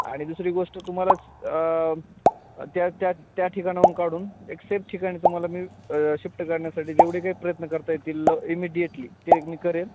आणि दुसरी गोष्ट तुम्हाला त्या त्या त्या ठिकाणाहून काढून एक सेफ ठिकाणी तुम्हाला मी शिफ्ट करण्यासाठी जेवढी काही प्रयत्न करता येतील इमिडिएटली ते मी करेन